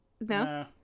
No